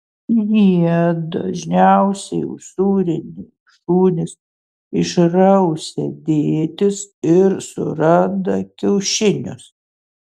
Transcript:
jie dažniausiai usūriniai šunys išrausia dėtis ir suranda kiaušinius